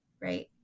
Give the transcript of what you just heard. right